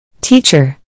Teacher